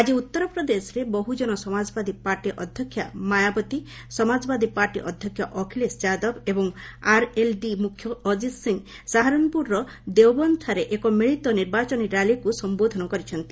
ଆଜି ଉତ୍ତର ପ୍ରଦେଶରେ ବହୁଜନ ସମାଜବାଦୀ ପାର୍ଟି ଅଧ୍ୟକ୍ଷା ମାୟାବତୀ ସମାଜବାଦୀ ପାର୍ଟି ଅଧ୍ୟକ୍ଷ ଅଖିଳେଶ ଯାଦବ ଏବଂ ଆର୍ଏଲ୍ଡି ମୁଖ୍ୟ ଅଜିତ୍ ସିଂ ସାହାରନ୍ପୁରର ଦେଓବନ୍ଦ୍ରାରେ ଏକ ମିଳିତ ନିର୍ବାଚନୀ ର୍ୟାଲିକୁ ସମ୍ବୋଧନ କରିଛନ୍ତି